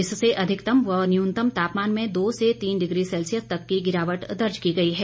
इससे अधिकतम व न्यूनतम तापमान में दो से तीन डिग्री सैल्सियस तक की गिरावट दर्ज की गई है